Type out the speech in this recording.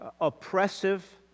oppressive